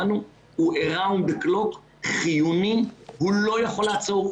עד לרגע זה החבר'ה האלה לא קיבלו שקל